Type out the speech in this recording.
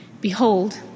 Behold